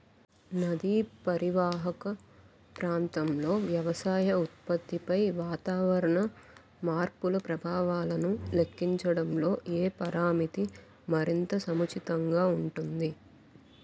నదీ పరీవాహక ప్రాంతంలో వ్యవసాయ ఉత్పత్తిపై వాతావరణ మార్పుల ప్రభావాలను లెక్కించడంలో ఏ పరామితి మరింత సముచితంగా ఉంటుంది?